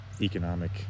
economic